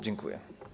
Dziękuję.